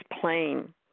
plain